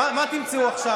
מה תמצאו עכשיו?